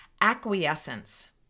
acquiescence